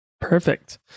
Perfect